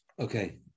Okay